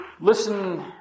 listen